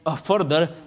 further